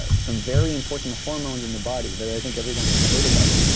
ah some very important hormones in the body that i think everyone has heard about.